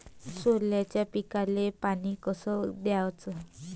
सोल्याच्या पिकाले पानी कस द्याचं?